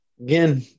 Again